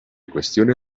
cuestiones